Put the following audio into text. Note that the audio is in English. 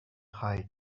high